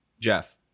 Jeff